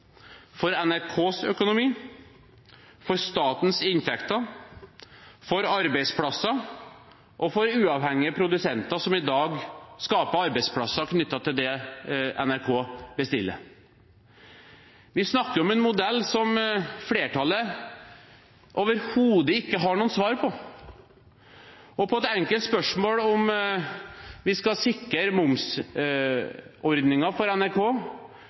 for NRKs økonomi, for statens inntekter, for arbeidsplasser og for uavhengige produsenter som i dag skaper arbeidsplasser knyttet til det NRK bestiller. Vi snakker om en modell som flertallet overhodet ikke har noen svar på, og på et enkelt spørsmål om vi skal sikre momsordningen for NRK